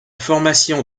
formation